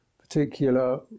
particular